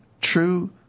true